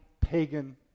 pagan